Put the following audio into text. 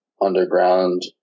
underground